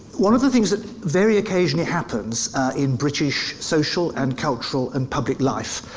one of the things that very occasionally happens in british social, and cultural, and public life,